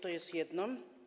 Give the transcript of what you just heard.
To jest jedno.